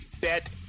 Bet